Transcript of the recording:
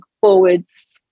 forwards